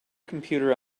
computer